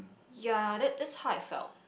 ya that that's how I felt